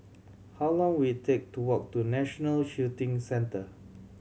how long will it take to walk to National Shooting Centre